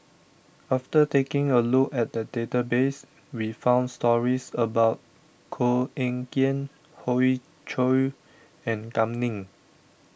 after taking a look at the database we found stories about Koh Eng Kian Hoey Choo and Kam Ning